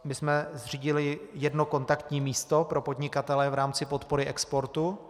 My jsme zřídili jedno kontaktní místo pro podnikatele v rámci podpory exportu.